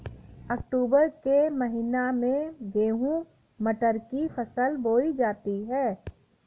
अक्टूबर के महीना में गेहूँ मटर की फसल बोई जाती है